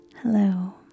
Hello